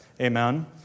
Amen